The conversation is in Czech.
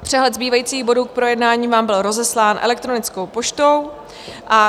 Přehled zbývajících bodů k projednání vám byl rozeslán elektronickou poštou.